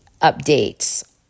updates